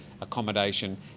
accommodation